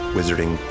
Wizarding